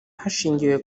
hashingiwe